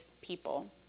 people